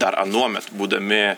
dar anuomet būdami